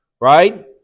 right